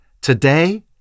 Today